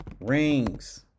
rings